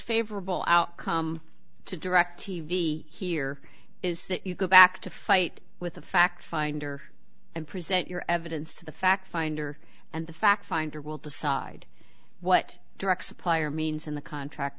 favorable outcome to directv here is that you go back to fight with the fact finder and present your evidence to the fact finder and the fact finder will decide what direct supplier means in the contract